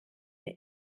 mir